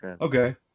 okay